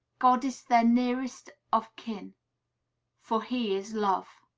god is their nearest of kin for he is love.